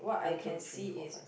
one two three four five six